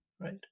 right